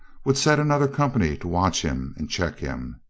would set another company to watch him and check him.